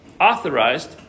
authorized